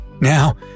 Now